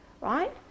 right